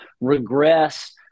regress